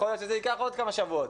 יכול להיות שזה ייקח עוד כמה שבועות,